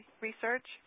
Research